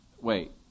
Wait